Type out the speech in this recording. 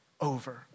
over